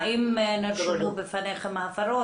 האם נרשמו בפניכם ההפרות,